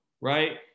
right